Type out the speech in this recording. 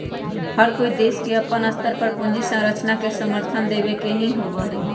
हर कोई देश के अपन स्तर पर पूंजी संरचना के समर्थन देवे के ही होबा हई